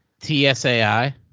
T-S-A-I